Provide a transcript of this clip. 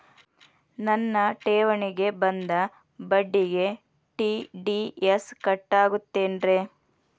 ನನ್ನ ಠೇವಣಿಗೆ ಬಂದ ಬಡ್ಡಿಗೆ ಟಿ.ಡಿ.ಎಸ್ ಕಟ್ಟಾಗುತ್ತೇನ್ರೇ?